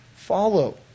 follow